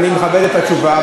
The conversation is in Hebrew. אני מכבד את התשובה,